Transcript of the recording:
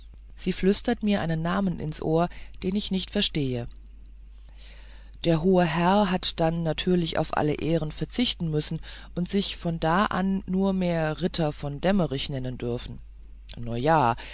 sie flüsterte mir einen namen ins ohr den ich nicht verstehe der hohe herr hat dann natürlich auf alle ehre verzichten müssen und sich von da an nur mehr ritter von dämmerich nennen dürfen no ja